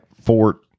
Fort